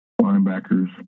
linebackers